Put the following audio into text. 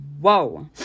whoa